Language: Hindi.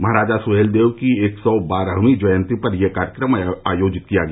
महाराजा सुहेलदेव की एक सौ बारहवीं जयंती पर यह कार्यक्रम आयोजित किया गया